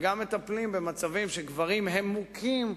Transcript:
וגם מטפלים במצבים שגברים הם מוכים.